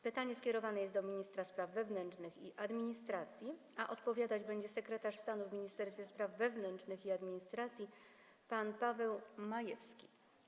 Pytanie skierowane jest do ministra spraw wewnętrznych i administracji, a odpowiadać będzie sekretarz stanu w Ministerstwie Spraw Wewnętrznych i Administracji pan Paweł Majewski.